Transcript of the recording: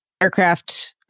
aircraft